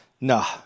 Nah